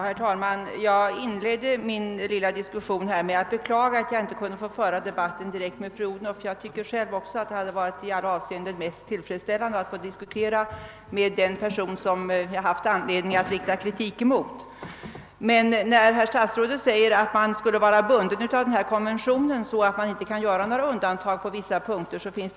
Herr talman! Jag inledde denna diskussion med att beklaga att jag inte kunde få föra debatten direkt med fru Odhnoff. Jag tycker själv att det hade varit i alla avseenden mest tillfredsställande att få diskutera frågan med det statsråd som genom sina uttalanden föranlett frågan. Statsrådet säger nu att vi är bundna av en konvention, varför vi inte skulle kunna göra några undantag från arbetsförmedlingslagen.